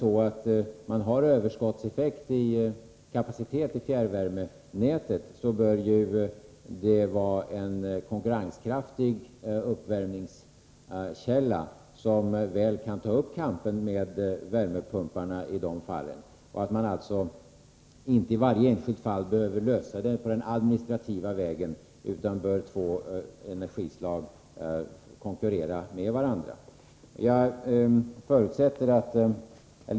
Har man överskottskapacitet i fjärrvärmenätet, bör ju detta kunna vara en konkurrenskraftig uppvärmningskälla, som i dessa fall väl kan ta upp kampen med värmepumparna. Man behöver alltså inte i varje enskilt fall lösa problemen på den administrativa vägen, utan två energislag bör kunna få konkurrera med varandra.